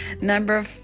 Number